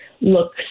look